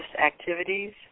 activities